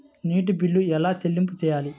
నీటి బిల్లు ఎలా చెల్లింపు చేయాలి?